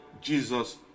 jesus